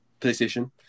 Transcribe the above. PlayStation